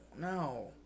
no